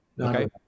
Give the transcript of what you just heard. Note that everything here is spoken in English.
okay